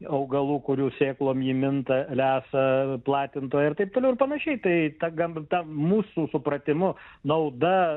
augalų kurių sėklom ji minta lesa platintoja ir taip toliau ir panašiai tai ta gamta mūsų supratimu nauda